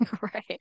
Right